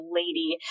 lady